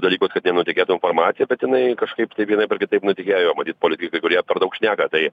dalykus kad nenutekėtų informacija bet jinai kažkaip vienaip ar kitaip nutekėjo matyt politikai kurie per daug šneka tai